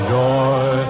joy